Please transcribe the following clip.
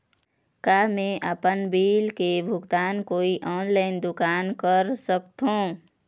का मैं आपमन बिल के भुगतान कोई ऑनलाइन दुकान कर सकथों?